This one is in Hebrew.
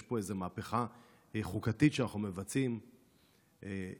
פה איזו מהפכה חוקתית שאנחנו מבצעים היום,